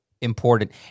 important